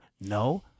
no